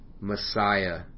Messiah